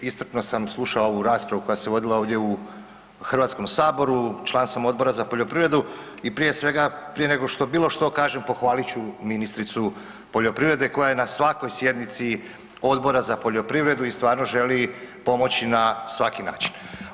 Iscrpno sam slušao ovu raspravu koja se vodila ovdje u Hrvatskom saboru, član sam Odbora za poljoprivredu i prije svega, prije nego što bilo što kažem pohvalit ću ministricu poljoprivrede koja je na svakoj sjednici Odbora za poljoprivredu i stvarno želi pomoći na svaki način.